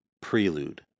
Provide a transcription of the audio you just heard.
Prelude